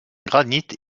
granite